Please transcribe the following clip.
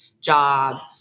job